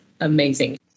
amazing